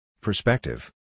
Perspective